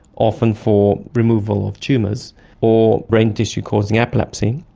often for removal of tumours or brain tissue causing epilepsy,